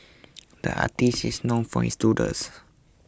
the artist is known for his doodles